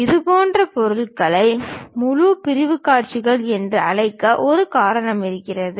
இதுபோன்ற பொருள்களை முழு பிரிவுக் காட்சிகள் என்று அழைக்க ஒரு காரணம் இருக்கிறது